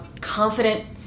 confident